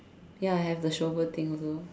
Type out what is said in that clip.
ya I have the shovel thing also